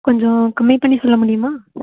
கொஞ்சம் கம்மி பண்ணி சொல்ல முடியுமா